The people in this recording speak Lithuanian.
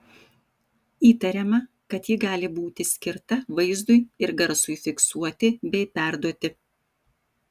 įtariama kad ji gali būti skirta vaizdui ir garsui fiksuoti bei perduoti